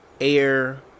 air